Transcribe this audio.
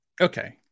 Okay